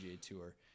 Tour